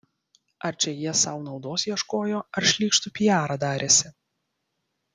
ar čia jie sau naudos ieškojo ar šlykštų piarą darėsi